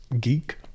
geek